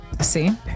See